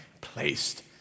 placed